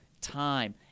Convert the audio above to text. time